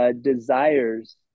desires